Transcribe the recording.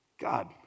God